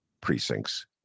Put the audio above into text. precincts